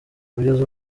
kugeza